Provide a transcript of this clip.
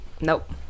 nope